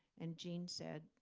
and gene said,